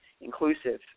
inclusive